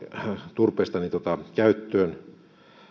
turpeesta käyttöön